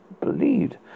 believed